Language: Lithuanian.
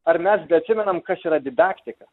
ar mes beatsimenam kas yra didaktika